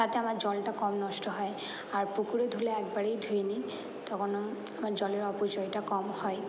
তাতে আমার জলটা কম নষ্ট হয় আর পুকুরে ধুলে একবারেই ধুয়ে নিই তখন আমার জলের অপচয়টা কম হয়